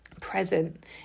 present